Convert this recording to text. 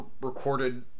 recorded